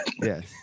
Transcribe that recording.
Yes